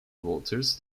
voters